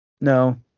No